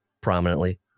prominently